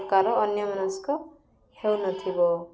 ପ୍ରକାର ଅନ୍ୟମନସ୍କ ହେଉନଥିବ